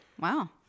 Wow